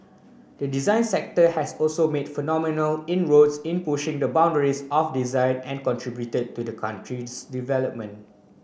the design sector has also made phenomenal inroads in pushing the boundaries of design and contributed to the country's development